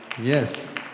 yes